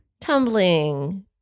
Tumbling